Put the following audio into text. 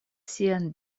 sian